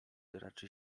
raczy